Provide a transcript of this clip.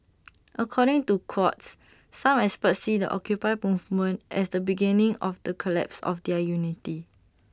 according to Quartz some experts see the occupy movement as the beginning of the collapse of their unity